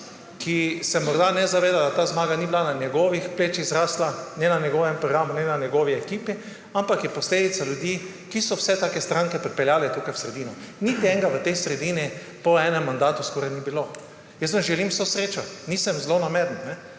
ki se morda ne zaveda, da ta zmaga ni na njegovih plečih zrastla, ne na njegovem programu, ne na njegovi ekipi, ampak je posledica ljudi, ki so vse take stranke pripeljali tukaj v sredino. Niti enega v tej sredini po enem mandatu skoraj ni bilo. Jaz vam želim vso srečo. Nisem zlonameren.